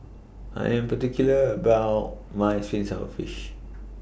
I Am particular about My Fish Sour Fish